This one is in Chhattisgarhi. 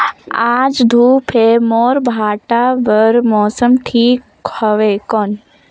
आज धूप हे मोर भांटा बार मौसम ठीक हवय कौन?